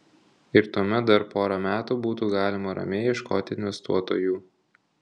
ir tuomet dar porą metų būtų galima ramiai ieškoti investuotojų